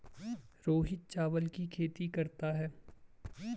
रोहित चावल की खेती करता है